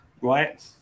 right